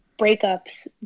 breakups